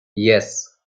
yes